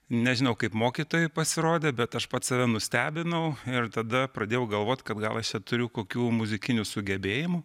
nežinau kaip mokytojai pasirodė bet aš pats save nustebinau ir tada pradėjau galvot kad gal aš čia turiu kokių muzikinių sugebėjimų